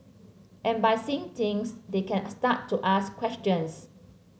and by seeing things they can start to ask questions